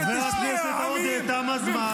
חבר הכנסת עודה, תם הזמן.